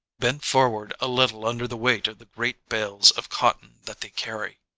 bent for ward a little under the weight of the great bales of cotton that they carry.